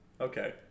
Okay